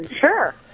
Sure